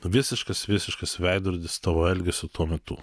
visiškas visiškas veidrodis tavo elgesio tuo metu